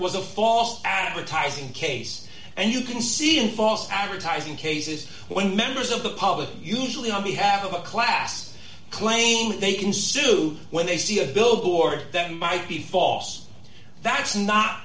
was a false advertising case and you can see in false advertising cases when members of the public usually on behalf of a class claim they can sue when they see a billboard that might be false that's not